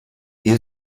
ehe